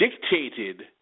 dictated